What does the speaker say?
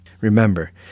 Remember